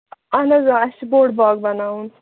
اَہَن حظ آ اَسہِ چھُ بوٚڑ باغ بَناوُن